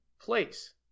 place